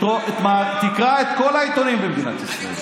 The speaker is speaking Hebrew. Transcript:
תקרא את כל העיתונים במדינת ישראל.